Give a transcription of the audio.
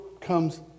comes